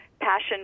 passion